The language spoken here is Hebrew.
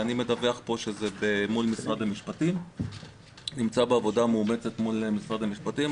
אני מדווח פה שזה נמצא בעבודה מאומצת מול משרד המשפטים.